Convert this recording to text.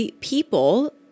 people